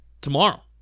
Tomorrow